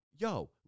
Yo